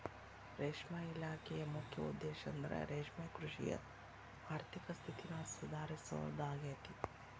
ರೇಷ್ಮೆ ಇಲಾಖೆಯ ಮುಖ್ಯ ಉದ್ದೇಶಂದ್ರ ರೇಷ್ಮೆಕೃಷಿಯ ಆರ್ಥಿಕ ಸ್ಥಿತಿನ ಸುಧಾರಿಸೋದಾಗೇತಿ